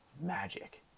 magic